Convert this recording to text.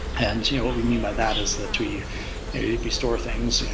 and you know what we mean by that is that we we store things,